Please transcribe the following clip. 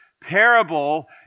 parable